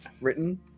written